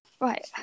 Right